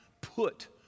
put